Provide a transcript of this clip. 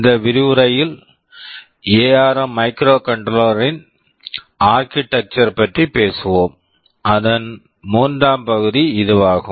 இந்த விரிவுரையில் ARM ARM microcontroller microcontroller ன் ஆர்க்கிடெக்சர் Architecture பற்றி பேசுவோம் அதன் மூன்றாம் பகுதி இதுவாகும்